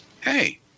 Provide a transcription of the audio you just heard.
hey